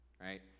right